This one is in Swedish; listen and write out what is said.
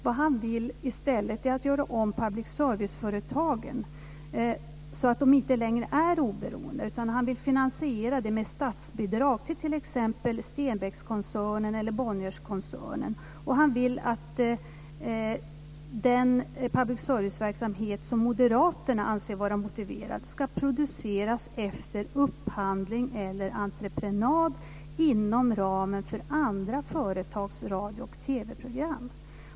Vad han i stället vill är att göra om public serviceföretagen så att de inte längre är oberoende. Han vill finansiera det med statsbidrag till t.ex. Stenbeckkoncernen eller Bonnierkoncernen. Han vill att den public service-verksamhet som moderaterna anser vara motiverad ska produceras efter upphandling eller entreprenad inom ramen för andra företags radio och TV-program.